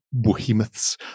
behemoths